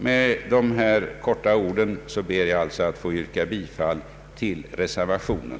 Med detta korta anförande ber jag att få yrka bifall till reservationen.